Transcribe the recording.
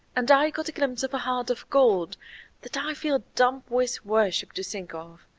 and i got a glimpse of a heart of gold that i feel dumb with worship to think of.